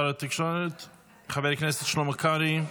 חבר הכנסת שלמה קרעי,